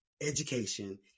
education